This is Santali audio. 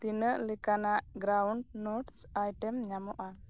ᱛᱤᱱᱟ ᱜ ᱞᱮᱠᱟᱱᱟᱜ ᱜᱨᱟᱭᱩᱱᱰ ᱱᱚᱴᱥ ᱟᱭᱴᱮᱢ ᱧᱟᱢᱚᱜᱼᱟ